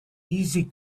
easy